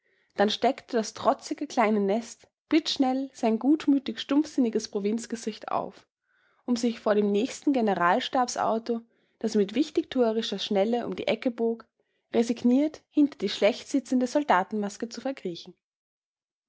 dann steckte das trotzige kleine nest blitzschnell sein gutmütig stumpfsinniges provinzgesicht auf um sich vor dem nächsten generalstabsauto das mit wichtigtuerischer schnelle um die ecke bog resigniert hinter die schlechtsitzende soldatenmaske zu verkriechen